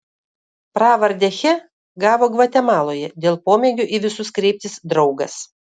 pravardę che gavo gvatemaloje dėl pomėgio į visus kreiptis draugas